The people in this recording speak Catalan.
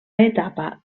etapa